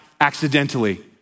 accidentally